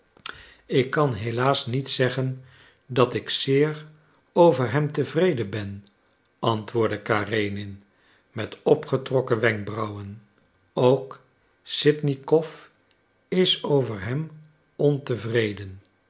ik kan helaas niet zeggen dat ik zeer over hem tevreden ben antwoordde karenin met opgetrokken wenkbrauwen ook sitnikow is over hem ontevreden